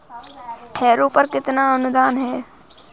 Harrow पर कितना अनुदान है?